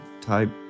type